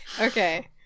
okay